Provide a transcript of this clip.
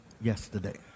yesterday